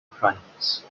crimes